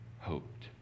hoped